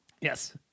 Yes